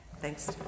Thanks